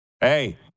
Hey